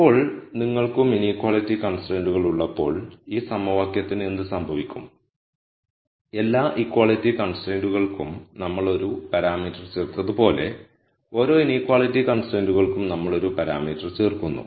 ഇപ്പോൾ നിങ്ങൾക്കും ഇനീക്വാളിറ്റി കൺസ്ട്രൈയ്ന്റുകൾ ഉള്ളപ്പോൾ ഈ സമവാക്യത്തിന് എന്ത് സംഭവിക്കും എല്ലാ ഇക്വാളിറ്റി കൺസ്ട്രൈയ്ന്റുകൾക്കും നമ്മൾ ഒരു പരാമീറ്റർ ചേർത്തതുപോലെ ഓരോ ഇനീക്വളിറ്റി കൺസ്ട്രെന്റുകൾക്കും നമ്മൾ ഒരു പാരാമീറ്റർ ചേർക്കുന്നു